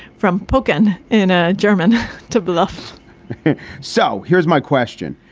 from pocan in ah german to bluff so here's my question.